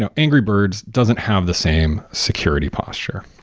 ah angry birds doesn't have the same security posture.